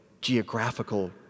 geographical